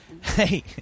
Hey